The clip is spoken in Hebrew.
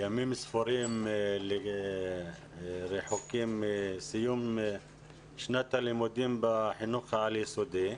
ימים ספורים ורחוקים מסיום שנת הלימודים בחינוך העל-יסודי,